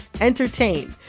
entertain